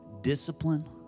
Discipline